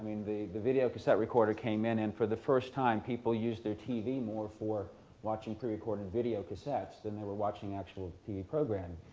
the the video cassette recorder came in, and for the first time people used their tv more for watching pre-recorded videocassettes than they were watching actual tv programming.